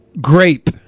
Grape